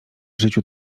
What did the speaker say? życiu